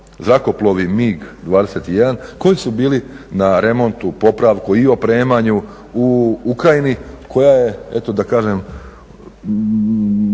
zrakoplovi MIG-21 koji su bili na remontu, popravku i opremanju u Ukrajini koja je eto da kažem u zao